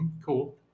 cool